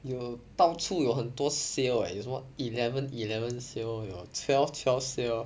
有到处有很多 sale leh 有什么 eleven eleven sale 有 twelve twelve sale